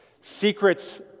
Secrets